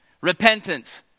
Repentance